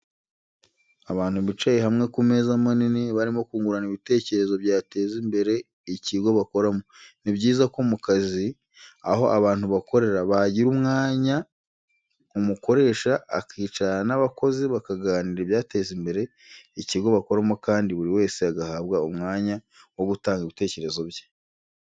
Abantu bicaye hamwe ku meza manini barimo kungurana ibitekerezo byateza imbere ikigo bakoramo. Ni byiza ko mu kazi aho abantu bakorera bagira umwanya umukoresha akicarana n'abakozi bakaganira ibyateza imbere ikigo bakoramo kandi buri wese agahabwa umwanya wo gutanga ibitekerezo bye.